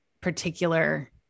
particular